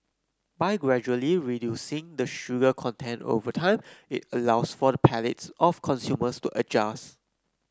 by gradually reducing the sugar content over time it allows for the palates of consumers to adjust